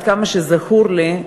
עד כמה שזכור לי,